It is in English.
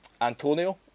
Antonio